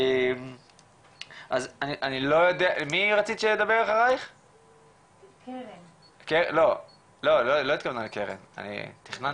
בבקשה, קרן רוט איטח.